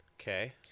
Okay